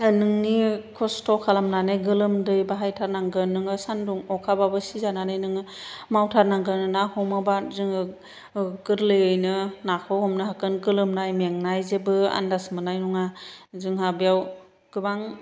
नोंनि खस्थ' खालामनानै गोलोमदै बाहायथारनांगोन नोङो सान्दुं अखाबाबो सिजानानै नोङो मावथारनांगोन ना हमोबा जोङो गोरलैयैनो नाखौ हमनो हागोन गोलोमनाय मेंनाय जेबो आनदाज मोन्नाय नङा जोंहा बेयाव गोबां